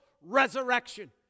resurrection